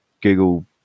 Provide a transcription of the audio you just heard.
Google